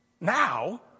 Now